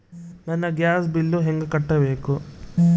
ನನ್ನ gas bill ಹೆಂಗ ಕಟ್ಟಬೇಕು?